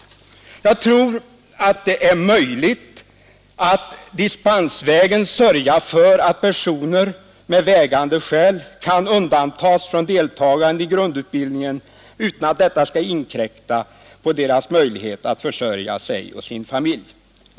Jag tror att det är möjligt att dispensvägen sörja för att personer med vägande skäl kan undantas från deltagande i grundutbildningen utan att detta skall inkräkta på deras möjligheter att försörja sig och sina familjer.